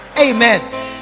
Amen